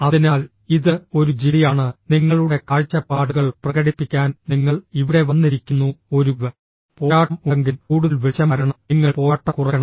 അതിനാൽ ഇത് ഒരു ജിഡി ആണ് നിങ്ങളുടെ കാഴ്ചപ്പാടുകൾ പ്രകടിപ്പിക്കാൻ നിങ്ങൾ ഇവിടെ വന്നിരിക്കുന്നു ഒരു പോരാട്ടം ഉണ്ടെങ്കിലും കൂടുതൽ വെളിച്ചം വരണം നിങ്ങൾ പോരാട്ടം കുറയ്ക്കണം